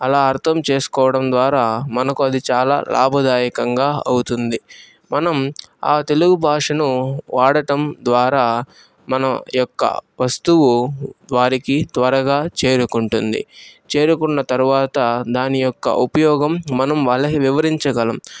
అలా అర్ధం చేసుకోవడం ద్వారా మనకు అది చాలా లాభదాయకంగా అవుతుంది మనం ఆ తెలుగు భాషను వాడటం ద్వారా మన యొక్క వస్తువు వారికి త్వరగా చేరుకుంటుంది చేరుకున్న తర్వాత దాని యొక్క ఉపయోగం మనం వాళ్ళకి వివరించగలం